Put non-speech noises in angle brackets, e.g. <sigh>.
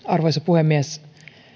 <unintelligible> arvoisa puhemies